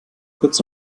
kurz